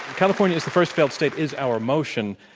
california is the first failed state is our motion.